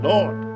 Lord